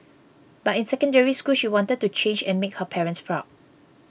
but in Secondary School she wanted to change and make her parents proud